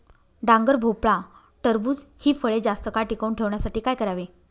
डांगर, भोपळा, टरबूज हि फळे जास्त काळ टिकवून ठेवण्यासाठी काय करावे?